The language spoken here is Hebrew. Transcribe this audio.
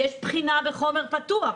יש בחינה בחומר פתוח,